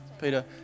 Peter